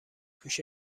پوش